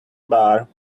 bar